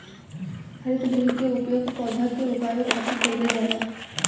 हरितगृह के उपयोग पौधा के उगावे खातिर कईल जाला